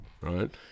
right